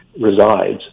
resides